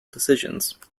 decisions